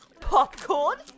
popcorn